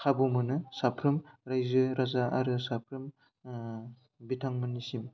खाबु मोनो साफ्रोम रायजो राजा आरो साफ्रोम बिथांमोननिसिम